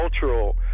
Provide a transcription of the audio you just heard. cultural